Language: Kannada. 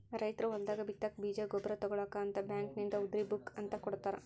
ರೈತರು ಹೊಲದಾಗ ಬಿತ್ತಾಕ ಬೇಜ ಗೊಬ್ಬರ ತುಗೋಳಾಕ ಅಂತ ಬ್ಯಾಂಕಿನಿಂದ ಉದ್ರಿ ಬುಕ್ ಅಂತ ಕೊಡತಾರ